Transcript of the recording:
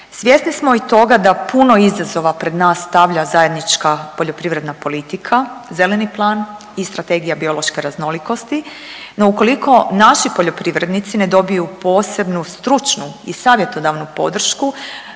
Svjesni smo i toga da puno izazova pred nas stavlja zajednička poljoprivredna politika, zelena plan i strategija biološke raznolikosti, no ukoliko naši poljoprivrednici ne dobiju posebnu stručnu i savjetodavnu podršku